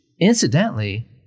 incidentally